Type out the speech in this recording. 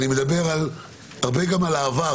אני מדבר הרבה גם על העבר,